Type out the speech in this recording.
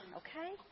okay